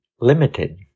limited